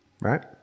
right